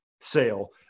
sale